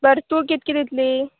बरें तूं कितके दितली